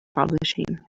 publishing